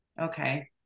Okay